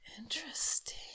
Interesting